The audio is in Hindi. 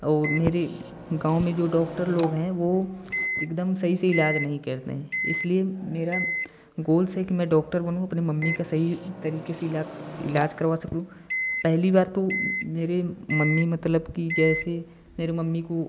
और मेरे गाँव में जो डॉक्टर लोग हैं वो एकदम सही से इलाज़ नहीं करते हैं इसलिए मेरा गोल्स है कि मैं डॉक्टर बनूँ अपने मम्मी का सही तरीके से इलाक्स इलाज़ करवा सकूँ पहली बार तो मेरे मम्मी मतलब कि जैसे मेरी मम्मी को